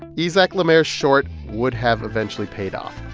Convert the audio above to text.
isaac le maire's short would have eventually paid off.